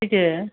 फैदो